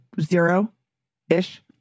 zero-ish